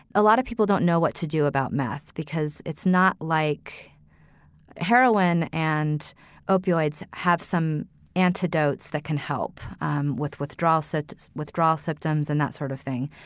a lot of people don't know what to do about math because it's not like heroin and opioids have some antidotes that can help um with withdrawal, set withdrawal symptoms and that sort of thing.